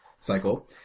cycle